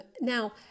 Now